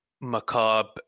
macabre